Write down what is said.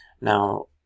now